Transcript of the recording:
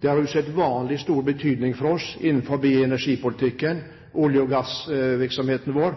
Det har usedvanlig stor betydning for oss i energipolitikken og for olje- og gassvirksomheten vår.